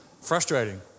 frustrating